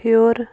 ہیوٚر